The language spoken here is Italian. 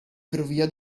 ferrovia